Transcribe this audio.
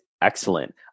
excellent